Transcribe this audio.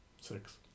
Six